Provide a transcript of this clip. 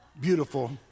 beautiful